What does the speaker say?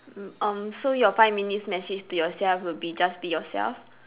mm um so your five minutes message to yourself would be just be yourself